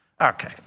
Okay